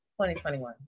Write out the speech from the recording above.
2021